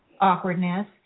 awkwardness